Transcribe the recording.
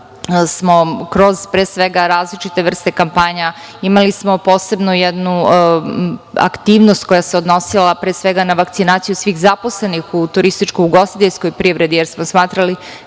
smo kroz pre svega različite vrste kampanja, imali smo posebno jednu aktivnost koja se odnosila pre svega na vakcinaciju svih zaposlenih u turističko-ugostiteljskoj privredi, jer smo smatrali